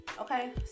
Okay